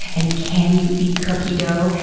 and can you eat cookie dough?